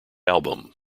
album